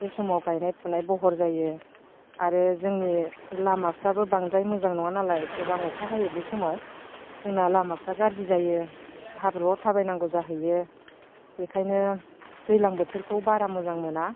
बे समाव गायनाय फुनाय भर जायो आरो जोंनि लामाफ्राबो बांद्राय मोजां नङा नालाय गोबां अखा हायो बे समाव जोंना लामाफ्रा गाज्रि जायो हाब्रुआव थाबायनांगौ जाहैयो बेखायनो दैज्लां बोथोरखौ बारा मोजां मोना